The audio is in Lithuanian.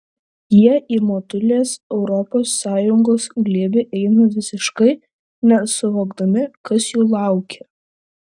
jie į motulės europos sąjungos glėbį eina visiškai nesuvokdami kas jų laukia